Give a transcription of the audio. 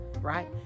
right